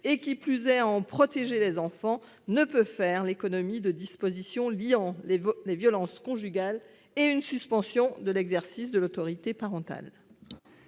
et, qui plus est, à en protéger les enfants ne saurait faire l'économie de dispositions liant les violences conjugales à une suspension de l'exercice de l'autorité parentale.